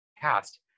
cast